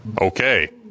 Okay